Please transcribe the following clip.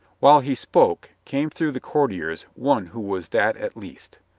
while he spoke came through the courtiers one who was that at least.